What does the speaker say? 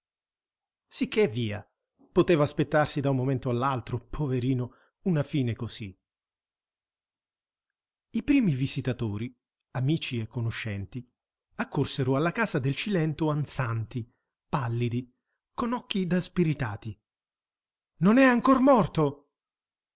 sicché via poteva aspettarsi da un momento all'altro poverino una fine così i primi visitatori amici e conoscenti accorsero alla casa del cilento ansanti pallidi con occhi da spiritati non è ancor morto